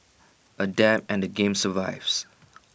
adapt and the game survives